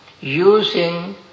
using